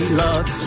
love